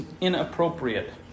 inappropriate